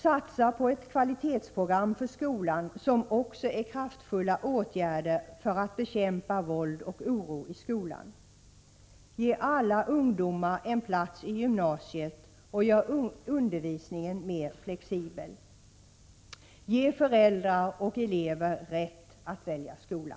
— Satsa på ett kvalitetsprogram för skolan som också är kraftfulla åtgärder för att bekämpa våld och oro i skolan. - Ge alla ungdomar en plats i gymnasiet och gör undervisningen mer flexibel! —- Ge föräldrar och elever rätt att välja skola!